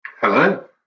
Hello